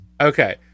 Okay